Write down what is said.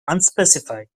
unspecified